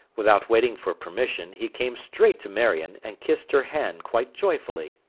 without waiting for permission, he came straight to marion, and kissed her hand, quite joyfully.